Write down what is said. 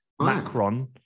Macron